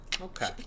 Okay